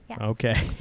okay